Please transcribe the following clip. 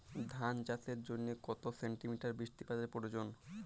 ধান চাষের জন্য কত সেন্টিমিটার বৃষ্টিপাতের প্রয়োজন?